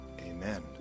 amen